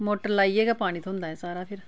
motor लाइयै गै पानी थ्होंदा ऐ सारा फिर